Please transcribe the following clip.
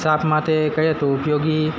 સાપ માટે કહીએ તો ઉપયોગી